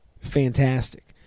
fantastic